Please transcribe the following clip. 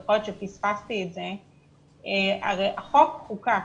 יכול להיות שפספסתי את זה - הרי החוק חוקק,